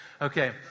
Okay